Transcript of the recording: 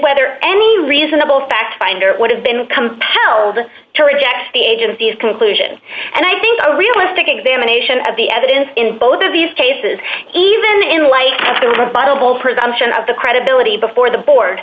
whether any reasonable fact finder would have been compelled to reject the agency's conclusion and i think a realistic examination of the evidence in both of these cases even in light of the rebuttable presumption of the credibility before the board